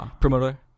promoter